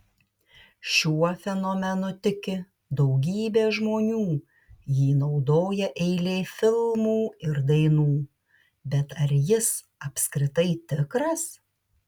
šiuo fenomenu tiki daugybė žmonių jį naudoja eilė filmų ir dainų bet ar jis apskritai tikras